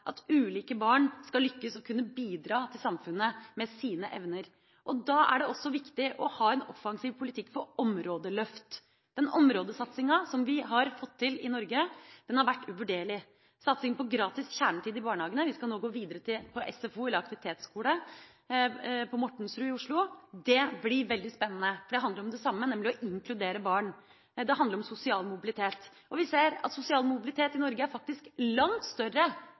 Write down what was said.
at ulike barn skal lykkes og kunne bidra til samfunnet med sine evner. Da er det også viktig å ha en offensiv politikk for områdeløft. Den områdesatsinga som vi har fått til i Norge, har vært uvurderlig – satsinga på gratis kjernetid i barnehagene. Vi skal nå gå videre – med SFO/aktivitetsskole på Mortensrud i Oslo. Det blir veldig spennende. Det handler om det samme, nemlig å inkludere barn. Det handler om sosial mobilitet. Vi ser at sosial mobilitet i Norge faktisk er langt større